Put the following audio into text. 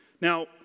Now